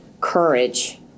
Courage